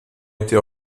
été